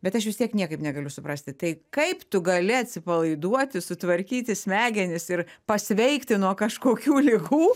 bet aš vis tiek niekaip negaliu suprasti tai kaip tu gali atsipalaiduoti sutvarkyti smegenis ir pasveikti nuo kažkokių ligų